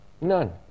None